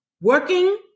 working